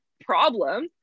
problem